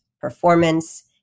performance